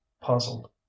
puzzled